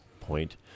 point